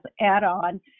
add-on